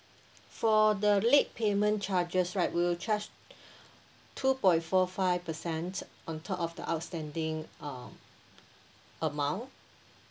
for the late payment charges right we'll charge two point four five percent on top of the outstanding um amount